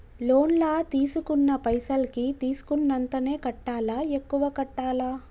Loan లా తీస్కున్న పైసల్ కి తీస్కున్నంతనే కట్టాలా? ఎక్కువ కట్టాలా?